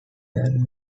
than